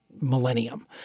millennium